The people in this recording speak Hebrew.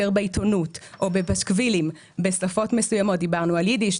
בעיתונות או בפשקווילים בשפות מסוימות דיברנו על יידיש,